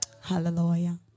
Hallelujah